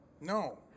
No